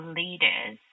leaders